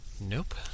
Nope